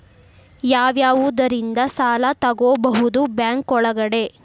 ಯಾವ್ಯಾವುದರಿಂದ ಸಾಲ ತಗೋಬಹುದು ಬ್ಯಾಂಕ್ ಒಳಗಡೆ?